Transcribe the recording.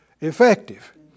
effective